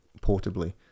portably